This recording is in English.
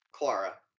Clara